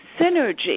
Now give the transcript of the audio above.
synergy